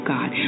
God